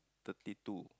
thirty two